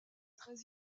très